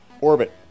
Orbit